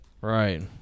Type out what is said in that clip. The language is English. Right